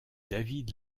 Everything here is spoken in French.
david